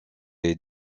est